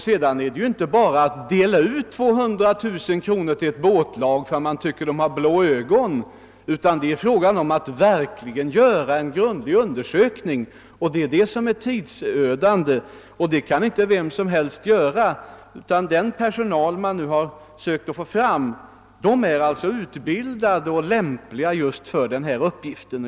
Sedan är det ju inte bara att dela ut 200 000 till ett båtlag för att man tycker att de har blå ögon, utan det är fråga om att verkligen göra en grundlig undersökning. Det är tidsödande, och det kan inte vem som helst göra. Den personal som man nu försökt få fram är utbildad och lämplig just för denna uppgift.